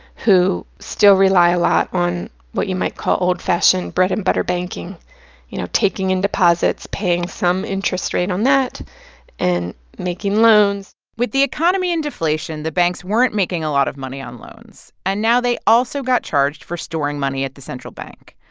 who still rely a lot on what you might call old-fashioned bread-and-butter banking you know, taking in deposits, paying some interest rate on that and making loans with the economy in deflation, the banks weren't making a lot of money on loans. and now they also got charged for storing money at the central bank.